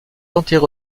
enterré